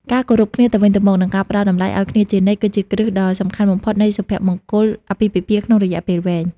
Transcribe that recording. ការគោរពគ្នាទៅវិញទៅមក និងការផ្ដល់តម្លៃឱ្យគ្នាជានិច្ច គឺជាគ្រឹះដ៏សំខាន់បំផុតនៃសុភមង្គលអាពាហ៍ពិពាហ៍ក្នុងរយៈពេលវែង។